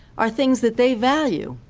are things that they value,